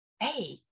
Hey